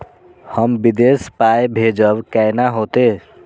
हम विदेश पाय भेजब कैना होते?